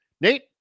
Nate